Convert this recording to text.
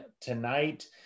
tonight